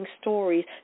stories